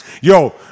Yo